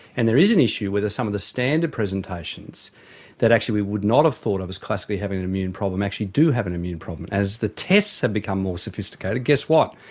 and there is an issue whether some of the standard presentations that actually we would not have thought of as classically having an immune problem actually do have an immune problem. as the tests have become more sophisticated, guess what,